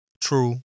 true